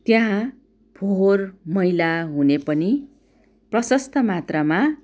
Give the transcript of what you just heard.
त्यहाँ फोहोर मैला हुने पनि प्रशस्त मात्रामा